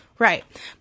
Right